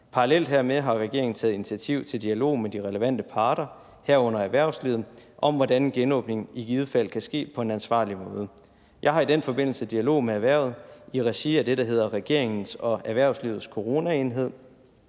Parallelt hermed har regeringen taget initiativ til dialog med de relevante parter, herunder erhvervslivet, om, hvordan genåbningen i givet fald kan ske på en ansvarlig måde. Jeg har i den forbindelse dialog med erhvervslivet i regi af det, der hedder regeringen og erhvervslivets coronaenhed,